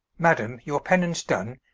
madame, your penance done,